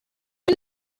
you